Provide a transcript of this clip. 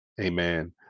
amen